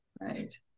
right